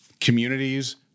communities